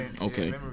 okay